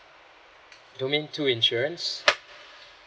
domain two insurance